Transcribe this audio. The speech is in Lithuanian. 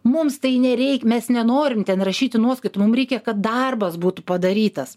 mums tai nereik mes nenorim ten rašyti nuoskaitų mum reikia kad darbas būtų padarytas